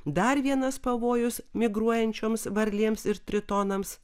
dar vienas pavojus migruojančioms varlėms ir tritonams